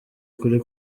kuri